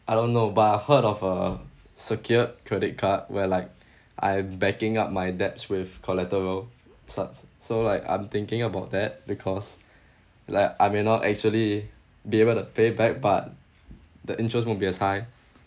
I don't know but I heard of a secured credit card where like I backing up my debts with collateral such so like I'm thinking about that because like I may not actually be able to pay back but the interest won't be as high